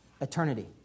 eternity